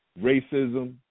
racism